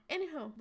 Anywho